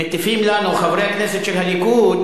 מטיפים לנו חברי הכנסת של הליכוד: